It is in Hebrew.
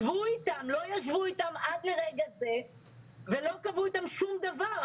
לא ישבו איתם עד לרגע זה ולא קבעו איתם שום דבר.